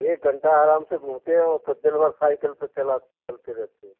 एक घंटा आराम से घूमते हैं और फिर दिनभर साइकल पर चलाते चलते रहते हैं